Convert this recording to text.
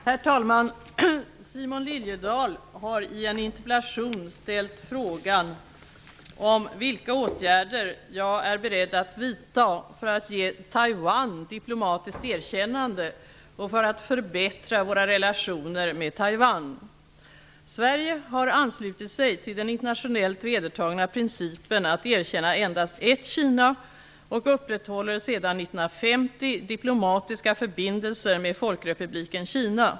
Herr talman! Simon Liliedahl har i en interpellation ställt frågan om vilka åtgärder jag är beredd att vidta för att ge Taiwan diplomatiskt erkännande och för att förbättra våra relationer med Taiwan. Sverige har anslutit sig till den internationellt vedertagna principen att erkänna endast ett Kina och upprätthåller sedan 1950 diplomatiska förbindelser med Folkrepubliken Kina.